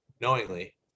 knowingly